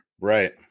right